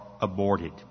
aborted